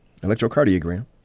electrocardiogram